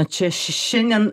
čia šiandien